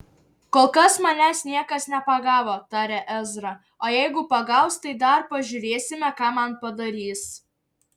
kol kas manęs niekas nepagavo tarė ezra o jeigu pagaus tai dar pažiūrėsime ką man padarys